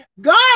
God